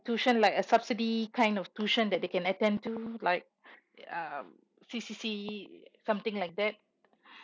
tuition like a subsidy kind of tuition that they can attend to like um C_C_C something like that